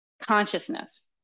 consciousness